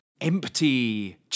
empty